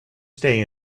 stay